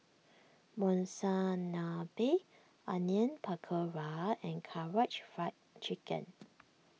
Monsunabe Onion Pakora and Karaage Fried Chicken